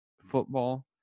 football